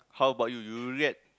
how bout you you do that